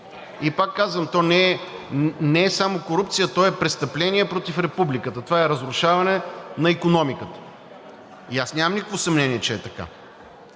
И пак казвам: то не е само корупция, то е престъпление против Републиката! Това е разрушаване на икономиката! И аз нямам никакво съмнение, че е така.